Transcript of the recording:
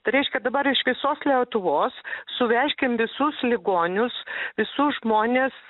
tai reiškia dabar iš visos lietuvos suveržkim visus ligonius visus žmones